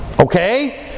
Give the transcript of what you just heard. Okay